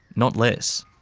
not less.